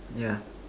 yeah